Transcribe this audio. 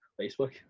Facebook